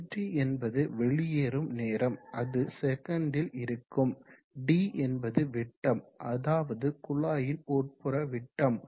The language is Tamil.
Δt என்பது வெளியேறும் நேரம் அது செகண்டில் இருக்கும் d என்பது விட்டம் அதாவது குழாயின் உட்புற விட்டம்